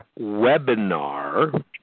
webinar